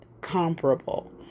comparable